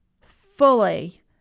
fully